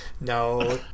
no